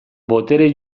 botere